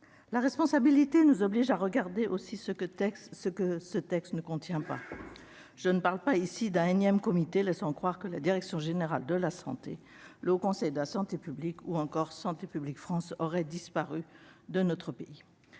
La responsabilité nous oblige à regarder aussi ce que le texte ne contient pas. Je ne parle pas ici d'un énième comité, laissant croire que la direction générale de la santé, le Haut Conseil de la santé publique ou encore Santé publique France auraient disparu dans notre pays.